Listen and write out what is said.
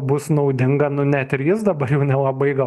bus naudinga nu net ir jis dabar jau nelabai gal